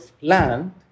land